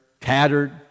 tattered